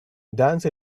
dance